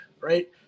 right